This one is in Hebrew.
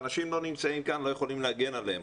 האנשים לא נמצאים כאן ולא יכולים להגן עליהם.